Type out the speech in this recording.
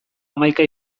hamaika